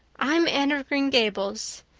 i'm anne of green gables,